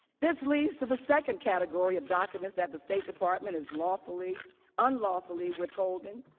this leads to the second category of documents that the state department is unlawfully unlawfully withholding.